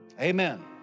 Amen